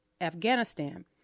Afghanistan